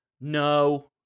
no